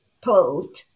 pulled